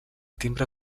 timbre